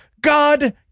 God